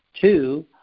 Two